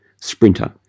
sprinter